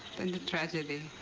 then the tragedy.